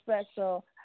special